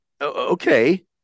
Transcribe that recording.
okay